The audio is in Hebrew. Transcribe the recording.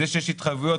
זה שיש התחייבויות,